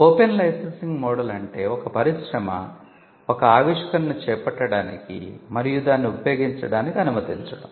open licensing model అంటే ఒక పరిశ్రమ ఒక ఆవిష్కరణను చేపట్టడానికి మరియు దానిని ఉపయోగించడానికి అనుమతించడం